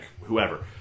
whoever